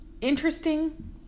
interesting